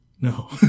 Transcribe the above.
No